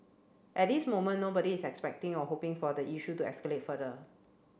at this moment nobody is expecting or hoping for the issue to escalate further